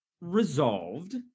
resolved